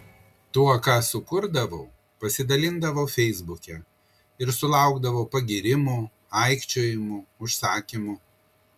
tuo ką sukurdavau pasidalindavau feisbuke ir sulaukdavau pagyrimų aikčiojimų užsakymų